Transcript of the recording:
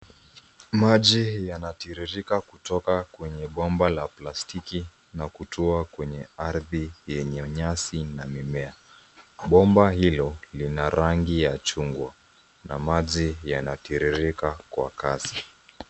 Maji yanatiririka kutoka kwenye bomba la plastiki na kutua kwenye ardhi yenye nyasi na mimea. Bomba hilo lina rangi ya chungwa na maji yanatiririka kwa kasi.